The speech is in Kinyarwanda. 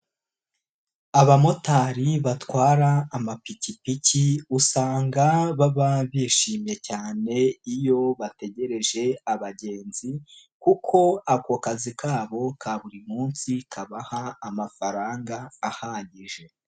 Abamotari batwara amapikipiki usanga baba bishimye cyane iyo bategereje abagenzi kuko ako kazi kabo ka buri munsi kabaha amafaranga ahagije.